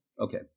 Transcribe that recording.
Okay